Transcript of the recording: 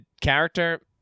character